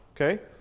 Okay